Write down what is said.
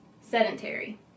sedentary